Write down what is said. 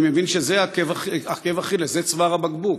אני מבין שזה עכב אכילס, זה צוואר הבקבוק.